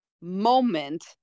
moment